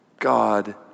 God